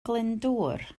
glyndŵr